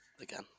again